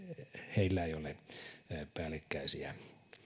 heillä ei ole päällekkäisiä